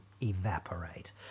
evaporate